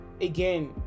again